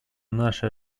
наши